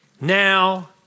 Now